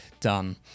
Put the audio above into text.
done